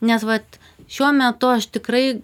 nes vat šiuo metu aš tikrai